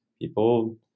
people